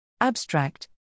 Abstract